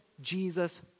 Jesus